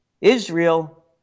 Israel